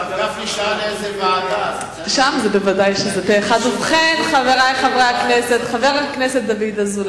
ההצעה להעביר את הנושא לוועדת הפנים